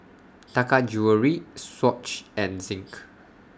Taka Jewelry Swatch and Zinc